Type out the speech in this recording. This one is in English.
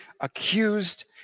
accused